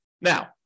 Now